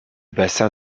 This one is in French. bassin